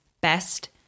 best